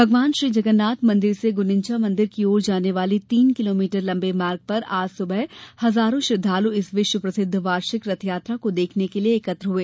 भगवान श्री जगन्नाथ मंदिर से गुंडिचा मंदिर की ओर जाने वाली तीन किलोमीटर लंबे मार्ग पर आज सुबह हजारों श्रद्वालु इस विश्वप्रसिद्ध वार्षिक रथयात्रा को देखने के लिए एकत्र हुए